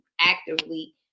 actively